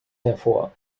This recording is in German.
hervor